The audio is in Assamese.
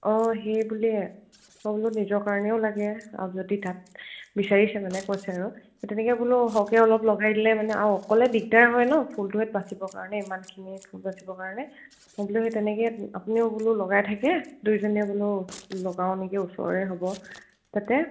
অঁ সেই বুলিয় মই বোলো নিজৰ কাৰণেও লাগে আৰু যদি তাত বিচাৰিছে মানে কৈছে আৰু সেই তেনেকে বোলো সহকে অলপ লগাই দিলে মানে আ অকলে দিগদাৰ হয় ন ফুলটোহাত বাচিবৰ কাৰণে ইমানখিনি ফুল বাচিবৰ কাৰণে ম বোলেো সেই তেনেকে আপুনিও বোলো লগাই থাকে দুয়োজনীয়ে বোলো লগাওঁ নেকে ওচৰে হ'ব তাতে